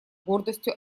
гордостью